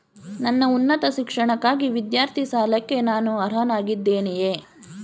ನನ್ನ ಉನ್ನತ ಶಿಕ್ಷಣಕ್ಕಾಗಿ ವಿದ್ಯಾರ್ಥಿ ಸಾಲಕ್ಕೆ ನಾನು ಅರ್ಹನಾಗಿದ್ದೇನೆಯೇ?